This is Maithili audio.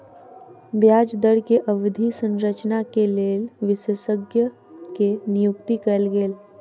ब्याज दर के अवधि संरचना के लेल विशेषज्ञ के नियुक्ति कयल गेल